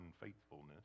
unfaithfulness